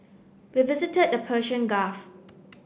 we visited the Persian Gulf